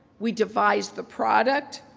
we devised the product,